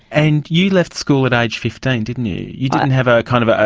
and you left school at age fifteen didn't you? you didn't have a, kind of a,